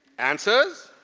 answers?